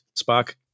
Spock